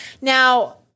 Now